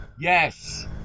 Yes